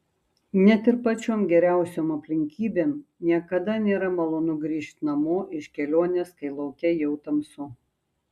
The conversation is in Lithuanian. net ir pačiom geriausiom aplinkybėm niekada nėra malonu grįžt namo iš kelionės kai lauke jau tamsu